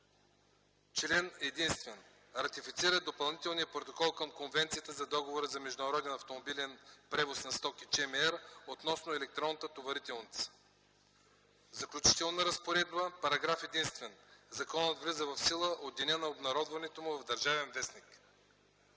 Член единствен. Ратифицира Допълнителния протокол към Конвенцията за Договора за международен автомобилен превоз на стоки (CMR) относно електронната товарителница. Заключителна разпоредба Параграф единствен. Законът влиза в сила от деня на обнародването му в „Държавен вестник”.”